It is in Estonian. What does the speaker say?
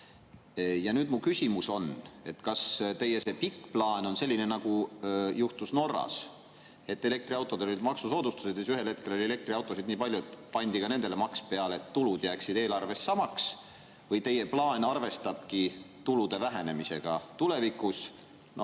Mu küsimus on: kas teie pikk plaan on selline, nagu juhtus Norras, et elektriautodel olid maksusoodustused ja kui ühel hetkel oli elektriautosid palju, siis pandi ka nendele maks peale, et tulud jääksid eelarves samaks, või teie plaan arvestabki tulude vähenemisega tulevikus?